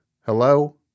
Hello